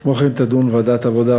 כמו כן תדון ועדת העבודה,